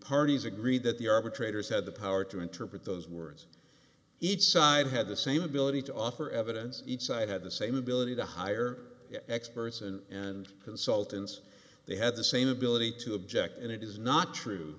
parties agreed that the arbitrator's had the power to interpret those words each side had the same ability to offer evidence each side had the same ability to hire experts and consultants they had the same ability to object and it is not true